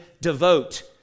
devote